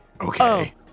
Okay